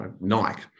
Nike